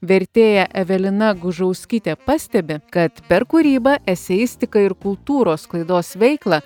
vertėja evelina gužauskytė pastebi kad per kūrybą eseistiką ir kultūros sklaidos veiklą